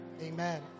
Amen